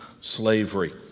slavery